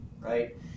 right